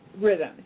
rhythm